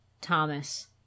Thomas